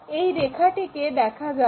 এই রেখাটিকে দেখা যাবে